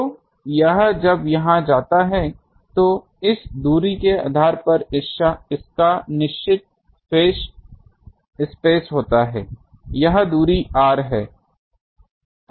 तो यह जब यहाँ जाता है तो इस दूरी के आधार पर इसका निश्चित फेज स्पेस होता है यह दूरी r है